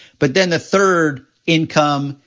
but then the third income,